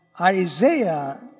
Isaiah